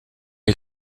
est